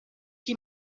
chi